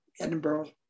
Edinburgh